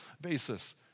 basis